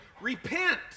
Repent